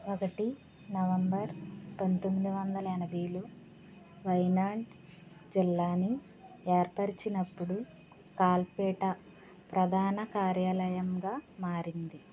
ఒకటి నవంబర్ పందొమ్మిది వందల ఎనభైలో వయనాడ్ జిల్లాని ఏర్పచినప్పుడు కల్పేట ప్రధాన కార్యాలయంగా మారింది